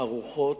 ערוך,